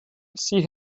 sie